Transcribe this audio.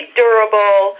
durable